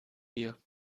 hier